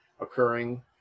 occurring